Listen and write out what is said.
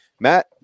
Matt